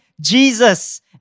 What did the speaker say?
Jesus